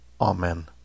Amen